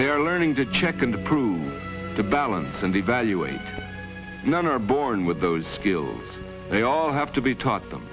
they are learning to check and prove the balance and evaluate none are born with those skills they all have to be taught them